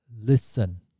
listen